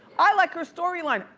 i like her story line.